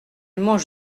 mange